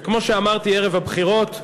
וכמו שאמרתי ערב הבחירות,